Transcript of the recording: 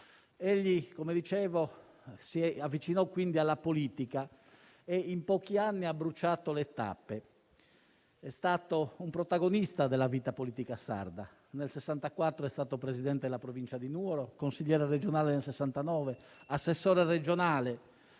Egli, come dicevo, si avvicinò quindi alla politica e in pochi anni ha bruciato le tappe ed è stato un protagonista della vita politica sarda. Nel 1964 è stato presidente della Provincia di Nuoro, consigliere regionale nel 1969, assessore regionale,